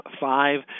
five